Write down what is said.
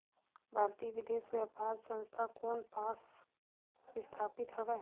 भारतीय विदेश व्यापार संस्था कोन पास स्थापित हवएं?